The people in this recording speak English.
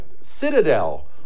Citadel